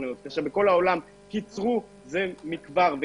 תורנויות כשבכל העולם קיצרו כבר תורנויות,